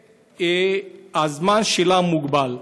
והזמן שלה מוגבל.